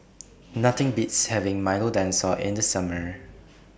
Nothing Beats having Milo Dinosaur in The Summer